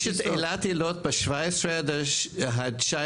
יש את אילת אילות ב-17 עד ה-19